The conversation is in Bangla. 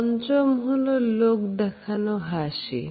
পঞ্চম হল লোক দেখানো হাসি